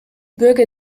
bürger